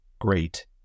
GREAT